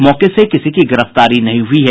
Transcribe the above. मौके से किसी की गिरफ्तारी नहीं हुई है